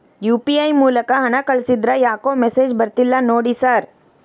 UPI ಮೂಲಕ ಹಣ ಕಳಿಸಿದ್ರ ಯಾಕೋ ಮೆಸೇಜ್ ಬರ್ತಿಲ್ಲ ನೋಡಿ ಸರ್?